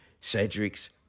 Cedric's